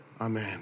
Amen